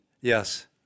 Yes